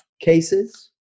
cases